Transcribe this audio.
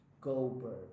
Goldberg